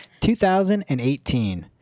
2018